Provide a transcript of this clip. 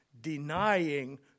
denying